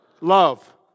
love